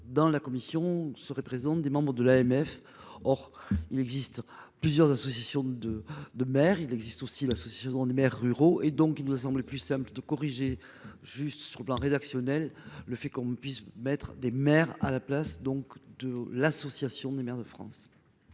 dans la commission serait présente des membres de l'AMF. Or il existe plusieurs associations de de mer, il existe aussi la saucisse seconde maires ruraux et donc il me semblait plus simple de corriger, juste sur le plan rédactionnel. Le fait qu'on puisse mettre des mères à la place donc de l'Association des maires de France.--